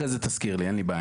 אחרי זה תזכיר לי, אין לי בעיה.